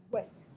West